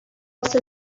also